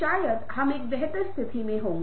मैं प्रियदर्शी पटनायक हूँ